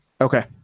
Okay